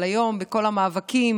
אבל היום בכל המאבקים